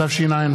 התשע"ו